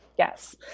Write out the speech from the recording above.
Yes